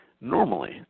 normally